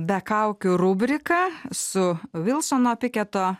be kaukių rubriką su vilsono piketo